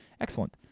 Excellent